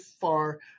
far